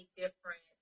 different